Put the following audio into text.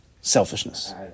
selfishness